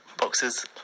boxes